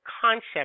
concept